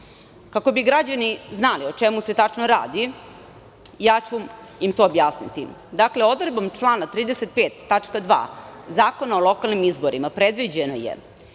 Kako bi građani znali o čemu se tačno radi, ja ću im to objasniti. Dakle, odredbom člana 35. tačka 2. Zakona o lokalnim izborima predviđeno je